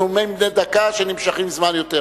הזדמנות, נאומים בני דקה שנמשכים יותר.